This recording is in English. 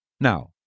Now